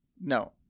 No